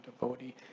devotee